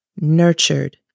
nurtured